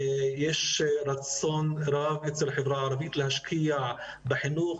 יש רצון רב בחברה הערבית להשקיע בחינוך,